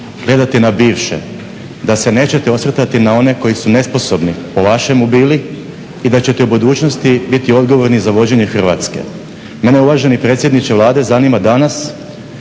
gledati na bivše, da se nećete osvrtati na one koji su nesposobni po vašemu bili i da ćete u budućnosti biti odgovorni za vođenje Hrvatske. Mene uvaženi predsjedniče Vlade zanima danas